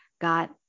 got